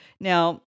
Now